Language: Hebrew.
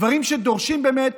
דברים שדורשים באמת,